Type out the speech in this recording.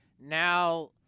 now